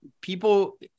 people